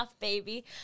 baby